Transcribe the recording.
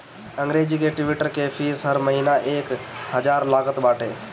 अंग्रेजी के ट्विटर के फ़ीस हर महिना एक हजार लागत बाटे